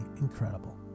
incredible